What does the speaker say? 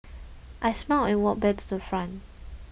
I smiled and walked back to the front